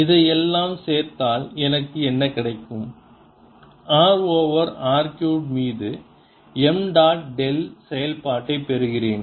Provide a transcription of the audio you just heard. இதையெல்லாம் சேர்த்தால் எனக்கு என்ன கிடைக்கும் r ஓவர் r க்யூப் மீது m டாட் டெல் செயல்பாட்டை பெறுகிறேன்